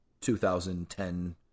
2010